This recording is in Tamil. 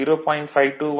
36 2